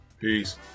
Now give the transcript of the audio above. Peace